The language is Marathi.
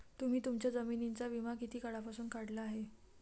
तुम्ही तुमच्या जमिनींचा विमा किती काळापासून काढला आहे?